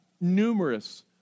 numerous